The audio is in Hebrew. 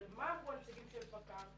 הרי מה אמרו הנציגים של פקע"ר?